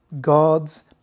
God's